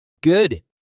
Good